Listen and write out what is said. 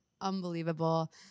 unbelievable